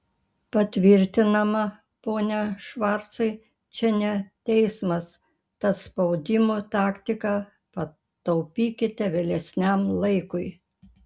patvirtinama pone švarcai čia ne teismas tad spaudimo taktiką pataupykite vėlesniam laikui